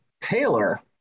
Taylor